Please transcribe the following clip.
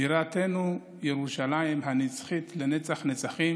בירתנו ירושלים הנצחית לנצח-נצחים,